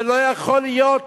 ולא יכול להיות